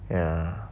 ya